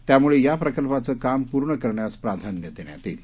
त्यामुळे या प्रकल्पाचं काम पूर्ण करण्यास प्राधान्य देण्यात येईल